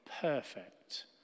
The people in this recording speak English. perfect